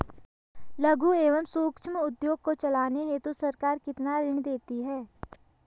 लघु एवं सूक्ष्म उद्योग को चलाने हेतु सरकार कितना ऋण देती है?